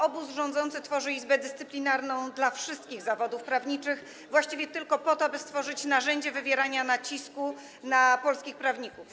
Obóz rządzący tworzy Izbę Dyscyplinarną dla wszystkich zawodów prawniczych właściwie tylko po to, aby stworzyć narzędzie wywierania nacisku na polskich prawników.